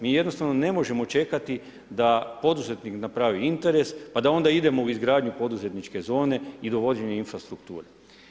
Mi jednostavno ne možemo čekati da poduzetnik napravi interes, pa da onda idemo u izgradnju poduzetničke zone i dovođenje infrastrukture.